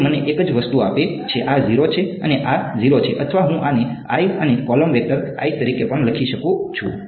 તે મને એક જ વસ્તુ આપે છે આ 0 છે અને આ 0 છે અથવા હું આને અને કૉલમ વેક્ટર તરીકે પણ લખી શકું છું